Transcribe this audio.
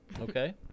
Okay